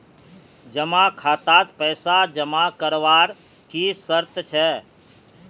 जमा खातात पैसा जमा करवार की शर्त छे?